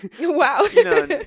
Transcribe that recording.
wow